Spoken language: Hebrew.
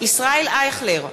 ישראל אייכלר,